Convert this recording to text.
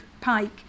Pike